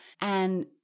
And-